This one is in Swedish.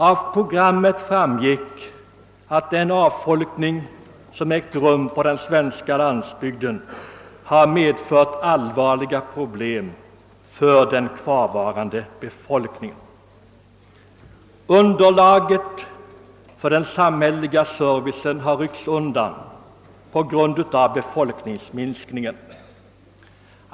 Av programmet framgick, att den avfolkning som ägt rum på den svenska lands bygden har medfört allvarliga problem för den kvarvarande befolkningen. Underlaget för den samhälleliga servicen har ryckts undan på grund av befolkningsminskningen.